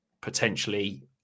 potentially